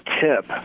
tip